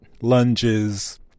lunges